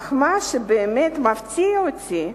אך מה שבאמת מפתיע אותי,